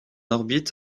orbite